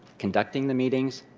conducting the meetings.